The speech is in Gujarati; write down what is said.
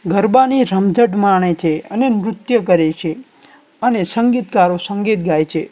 ગરબાની રમઝટ માણે છે અને નૃત્ય કરે છે અને સંગીતકારો સંગીત ગાય છે